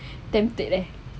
tempted ya